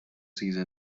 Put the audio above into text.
season